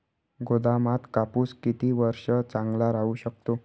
गोदामात कापूस किती वर्ष चांगला राहू शकतो?